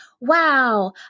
wow